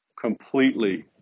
completely